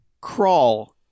Crawl